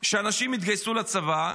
שאנשים יתגייסו לצבא,